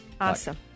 Awesome